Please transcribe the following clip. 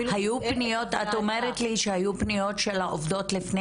את אומרת לי שהיו פניות של העובדות לפני